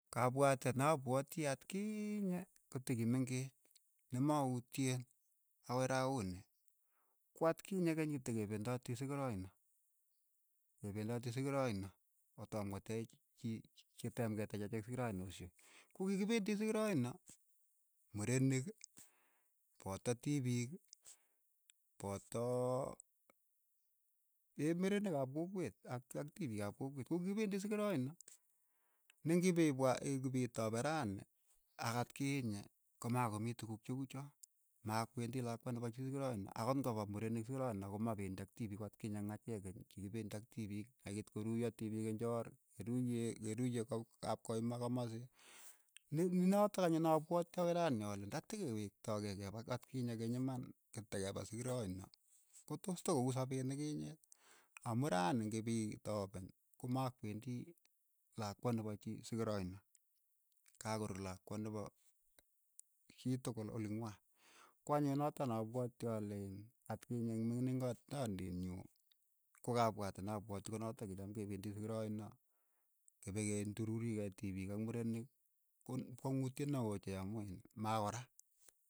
Kapwateet na pwoti atkiiinye kotikimeng'ech ne mautye koi raa ko ni, ko atkinye keny kitekependoti sikiroino, kependoti sikiroino kotom koteech chi- chi kiteem keteech achek sikiroinoshe, ko kikipendi sikiroino murenik poto tipiik poto merenik ap kokwet ak tipik ap kokwet, ko kikipendi sikiroino, ne ngipo ipwaa ikipitapen rani ak atkinye ko ma komii tukuk che uu choo, makwendi lakwa nepo chii sikiroino, ang'ot kopa murenik sikiroino ko ma pendi ak tipik ku atkinye eng' acheek keny, kikipendi ak tipiik, ye kiit koruyo tipiik injoor, keruiye keruiyee kap- kapkoimaa komasi. ne- nenotok anyun ne apwotii akoi rani ale nda te ke wektoi kei kepa kuu atkinye keny iman ke tekepa sikiroino ko tos to ko uu sapeet nikinyeet, amu rani ngipi tapeen ko ma kwendii lakwa ne po chii sikiroino, kakoru lakwa nepo chitukul oling'wai, ko anyun notok na apwoti ale iin atkinye eng' mining'atondin nyuu, ko kapwatet na pwoti ko notok kicham ke pendi sikiroino, ke pe ke ndururii tipiik ak murenik ko kwang'utiet ne oo ochei amu ma ko raa.